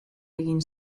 egin